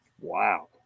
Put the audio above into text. Wow